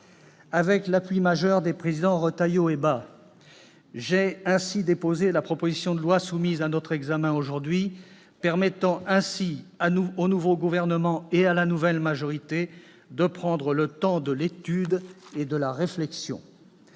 Avec l'appui majeur des présidents Retailleau et Bas, j'ai ainsi déposé la proposition de loi soumise à notre examen aujourd'hui, permettant ainsi au nouveau gouvernement et à la nouvelle majorité de prendre le temps de l'étude et de la réflexion.